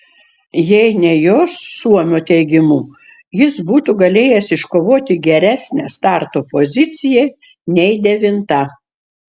jei ne jos suomio teigimu jis būtų galėjęs iškovoti geresnę starto poziciją nei devinta